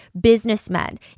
Businessmen